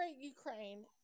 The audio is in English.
Ukraine